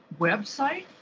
website